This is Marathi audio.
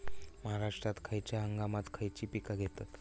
महाराष्ट्रात खयच्या हंगामांत खयची पीका घेतत?